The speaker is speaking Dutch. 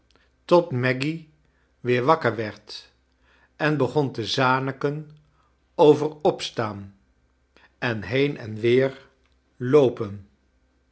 tot maggy weer wakker werd en begon te zaniken over opstaan en been en weer loopen